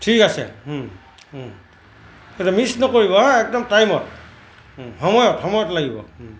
ঠিক আছে এইটো মিছ নকৰিব হাঁ একদম টাইমত সময়ত সময়ত লাগিব